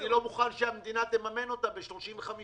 אני לא מוכן שהמדינה תממן אותה ב-35%,